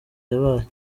yabaye